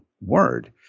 word